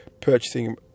purchasing